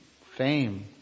fame